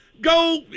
go